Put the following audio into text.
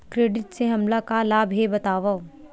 Credit से हमला का लाभ हे बतावव?